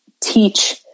teach